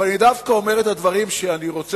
אבל אני דווקא אומר את הדברים שאני רוצה